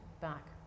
back